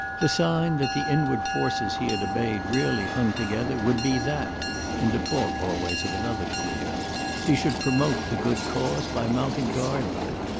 the sign that the inward forces he had obeyed really hung together would be that in default always of another career he should promote the good cause by mounting guard on it.